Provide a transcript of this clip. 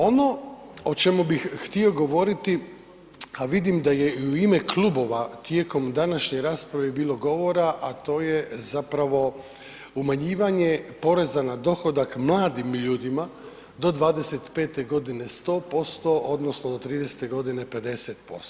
Ono o čemu bih htio govoriti, a vidim da je i u ime klubova tijekom današnje rasprave bilo govora, a to je zapravo umanjivanje poreza na dohodak mladim ljudima do 25 godine 100% odnosno do 30 godine 50%